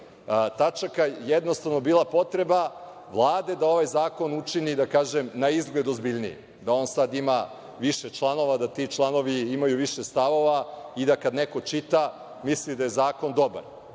tačaka jednostavno bila potreba Vlade da ovaj zakon učini, da kažem, na izgled ozbiljnije, da on sad ima više članova, da ti članovi imaju više stavova i da kada neko čita misli da je zakon dobar.